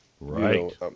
Right